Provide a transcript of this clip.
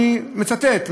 אני מצטט.